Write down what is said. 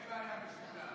תודה רבה.